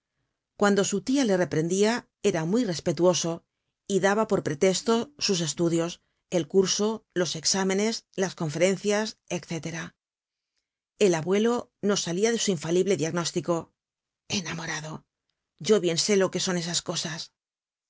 cuando su tia le reprendia era muy respetuoso y daba por pretesto sus estudios el curso los exámenes las conferencias etc el abuelo no salia de su infalible diagnóstico enamorado yo bien sé lo que son esas cosas